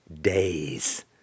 days